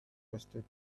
requested